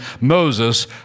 Moses